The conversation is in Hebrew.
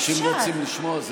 אנשים רוצים לשמוע.